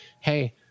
Hey